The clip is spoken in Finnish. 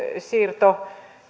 siirto